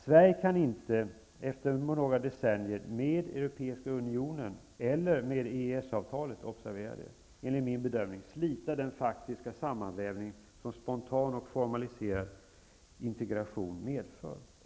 Sverige kan inte efter några decennier med EU eller med EES-avtal -- observera detta -- slita den faktiska sammanvävning som spontan och formaliserad integration medför.